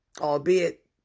Albeit